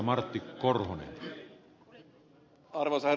arvoisa herra puhemies